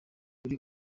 muri